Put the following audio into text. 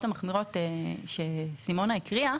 המחמירות שהקריאה סימונה,